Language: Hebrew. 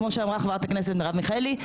כמו שאמרה חברת הכנסת מרב מיכאלי,